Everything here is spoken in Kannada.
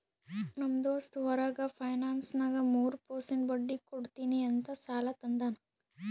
ನಮ್ ದೋಸ್ತ್ ಹೊರಗ ಫೈನಾನ್ಸ್ನಾಗ್ ಮೂರ್ ಪರ್ಸೆಂಟ್ ಬಡ್ಡಿ ಕೊಡ್ತೀನಿ ಅಂತ್ ಸಾಲಾ ತಂದಾನ್